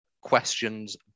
questions